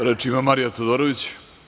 Reč ima Marija Todorović.